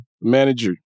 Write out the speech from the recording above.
manager